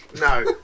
No